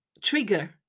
trigger